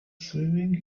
swimming